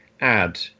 add